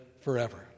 forever